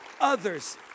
others